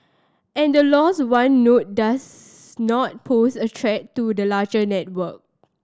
and loss of one node does not pose a threat to the larger network